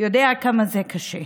יודע כמה זה קשה,